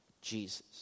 Jesus